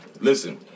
Listen